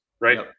right